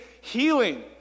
healing